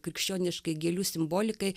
krikščioniškai gėlių simbolikai